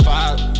Five